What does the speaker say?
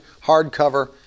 hardcover